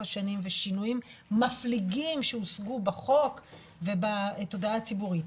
השנים ושינויים מפליגים שהושגו בחוק ובתודעה הציבורית,